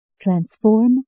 transform